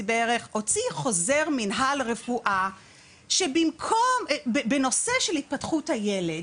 בערך הוציא חוזר מנהל רפואה בנושא של התפתחות הילד,